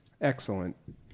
Excellent